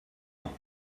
ans